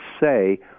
say